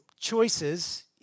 Choices